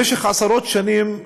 במשך עשרות שנים,